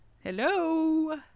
Hello